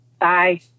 Bye